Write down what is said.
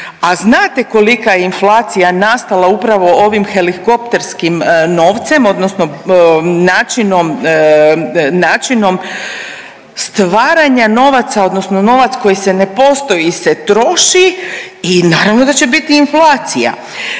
a znate kolika je inflacija nastala upravo ovim helikopterskim novcem, odnosno načinom stvaranja novaca, odnosno novaca koji se ne postoji se troši i naravno da će biti inflacija,